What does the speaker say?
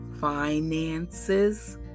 finances